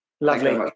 Lovely